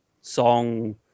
song